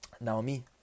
Naomi